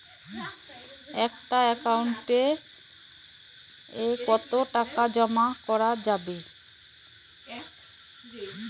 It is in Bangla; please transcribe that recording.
একটা একাউন্ট এ কতো টাকা জমা করা যাবে?